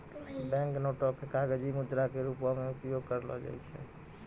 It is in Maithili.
बैंक नोटो के कागजी मुद्रा के रूपो मे उपयोग करलो जाय छै